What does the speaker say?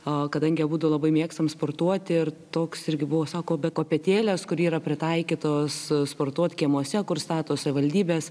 a kadangi abudu labai mėgstam sportuoti ir toks irgi buvo sako bet kopėtėlės kuri yra pritaikytos sportuoti kiemuose kur stato savivaldybės